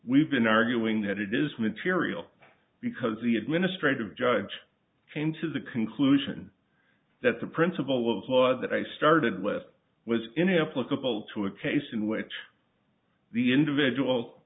we've been arguing that it is material because the administrative judge came to the conclusion that the principle of law that i started with was in an applicable to a case in which the individual